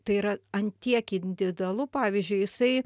tai yra ant tiek individualu pavyzdžiui jisai